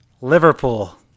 Liverpool